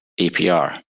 apr